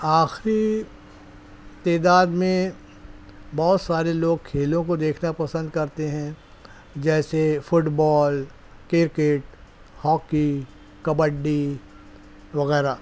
آخری تعداد میں بہت سارے لوگ کھیلوں کو دیکھنا پسند کرتے ہیں جیسے football cricket hockey kabaddi وغیرہ